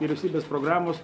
vyriausybės programos